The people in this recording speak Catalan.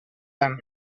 tant